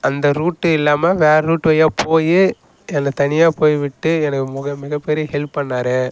அந்த ரூட்டு இல்லாமல் வேற ரூட்டு வழியாக போய் என்ன தனியாகபோய் விட்டு எனக்கு மிகப்பெரிய ஹெல்ப் பண்ணார்